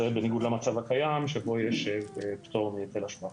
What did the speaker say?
בניגוד למצב הקיים שבו יש פטור מהיטל השבחה.